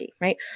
right